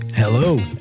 Hello